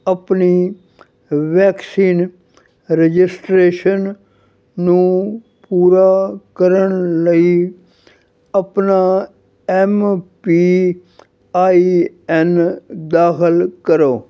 ਆਪਣੀ vaccine registration ਨੂੰ ਪੂਰਾ ਕਰਨ ਲਈ ਆਪਣਾ ਐੱਮ ਪੀ ਆਈ ਐੱਨ ਦਾਖਲ ਕਰੋ